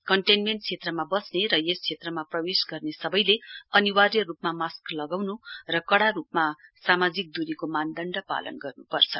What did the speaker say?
containment क्षेत्रमा बस्ने र यस क्षेत्रमा प्रवेश गर्ने सबैले अनिवार्य रूपमा सास्क लपगाउनु र कड़ा रूपमा सामाजिक दूरीको मानजण्द पालन गर्नुपर्छ